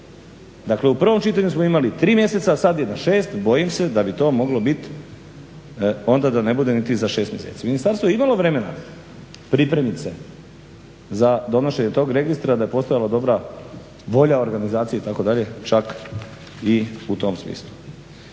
Dakle, u prvom čitanju smo imali tri mjeseca a sa je na 6 bojim se da bi to onda moglo biti onda da ne bude niti za 6 mjeseci. Ministarstvo je imalo vremena pripremiti se za donošenje tog registra da je postojala dobra volja, organizacija itd. čak i u tom smislu.